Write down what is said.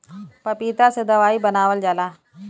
पपीता से दवाई बनावल जाला